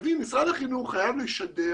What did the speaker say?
משרד החינוך חייב לשדר